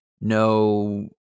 no